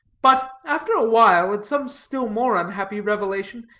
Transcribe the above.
but after a while, at some still more unhappy revelation,